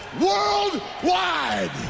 worldwide